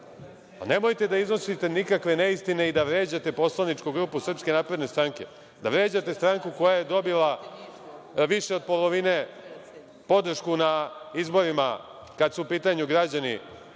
Nemojte da iznosite nikakve neistine i da vređate poslaničku grupu SNS, da vređate stranku koja je dobila više od polovine podršku na izborima kada su u pitanju građani